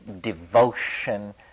devotion